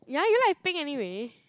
ya you like pink anyway